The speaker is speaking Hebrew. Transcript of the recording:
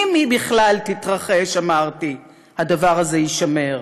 אם היא בכלל תתרחש", אמרתי, "הדבר הזה יישמר.